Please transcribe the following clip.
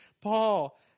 Paul